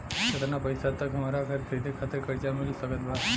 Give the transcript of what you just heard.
केतना पईसा तक हमरा घर खरीदे खातिर कर्जा मिल सकत बा?